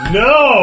no